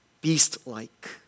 beast-like